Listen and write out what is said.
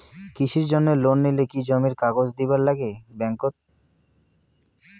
কৃষির জন্যে লোন নিলে কি জমির কাগজ দিবার নাগে ব্যাংক ওত?